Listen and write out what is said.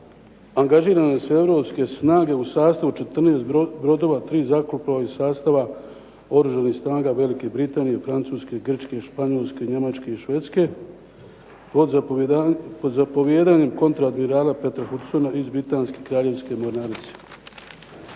angažirane su europske snage u sastavu 14 brodova, 3 zrakoplova iz sastava oružanih snaga Velike Britanije, Francuske, Grčke, Španjolske, Njemačke i Švedske, pod zapovijedanjem kontraadmirala Petera Hudsona iz britanske kraljevske mornarice.